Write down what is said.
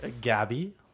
gabby